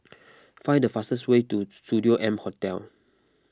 find the fastest way to Studio M Hotel